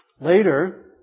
Later